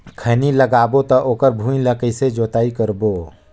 खैनी लगाबो ता ओकर भुईं ला कइसे जोताई करबो?